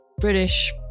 british